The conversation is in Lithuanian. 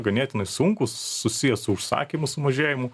ganėtinai sunkūs susiję su užsakymų sumažėjimu